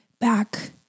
back